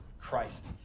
Christ